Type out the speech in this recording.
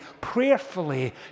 prayerfully